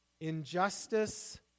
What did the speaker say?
injustice